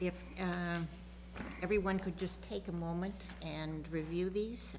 if everyone could just take a moment and review these